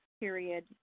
period